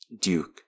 Duke